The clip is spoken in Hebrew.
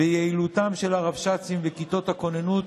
ויעילותם של הרבש"צים וכיתות הכוננות,